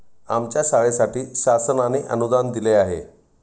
आमच्या शाळेसाठी शासनाने अनुदान दिले आहे